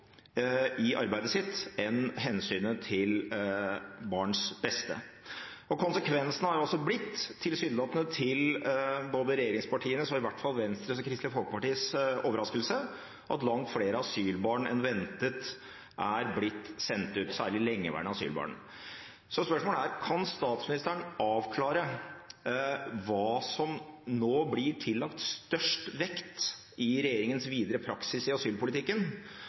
i arbeidet enn hensynet til barns beste. Konsekvensen har altså blitt, tilsynelatende til både regjeringspartienes og i hvert fall Venstre og Kristelig Folkepartis overraskelse, at langt flere asylbarn enn ventet er blitt sendt ut, særlig lengeværende asylbarn. Så spørsmålet er: Kan statsministeren avklare hva som nå blir tillagt størst vekt i regjeringens videre praksis i asylpolitikken,